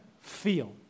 feel